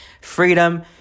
freedom